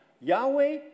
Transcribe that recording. Yahweh